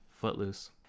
Footloose